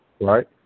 right